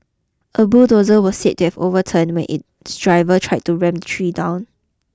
a bulldozer were said to have overturned when its driver tried to ram tree down